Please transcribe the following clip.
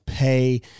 pay